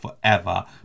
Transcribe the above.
forever